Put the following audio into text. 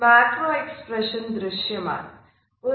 micro expressions ശരീര ഭാഷയുടെ ഒരു പ്രധാന ഘടകമാണ്